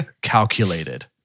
calculated